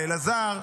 לאלעזר.